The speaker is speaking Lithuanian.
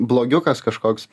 blogiukas kažkoks